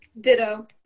ditto